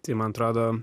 tai man atrodo